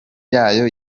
yayo